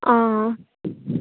ఆ